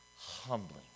humbling